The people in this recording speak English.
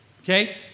Okay